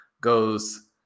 goes